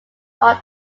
heart